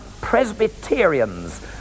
Presbyterians